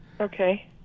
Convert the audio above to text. Okay